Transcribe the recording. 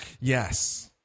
Yes